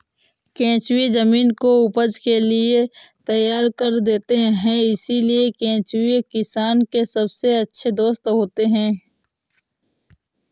केंचुए जमीन को उपज के लिए तैयार कर देते हैं इसलिए केंचुए किसान के सबसे अच्छे दोस्त होते हैं